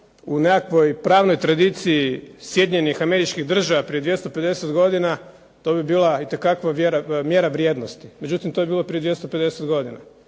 u nekakvoj pravnoj tradiciji Sjedinjenih Američkih Država prije 250 godina to bi bila itekako mjera vrijednosti, međutim, to je bilo prije 250 godina,